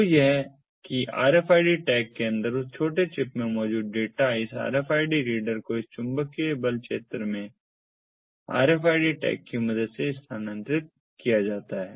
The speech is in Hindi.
तो यह है कि RFID टैग के अंदर उस छोटे चिप में मौजूद डेटा इस RFID रीडर को इस चुंबकीय बल क्षेत्र RFID टैग की मदद से स्थानांतरित किया जाता है